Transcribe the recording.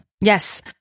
Yes